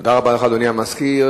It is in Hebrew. תודה רבה לך, אדוני סגן המזכיר.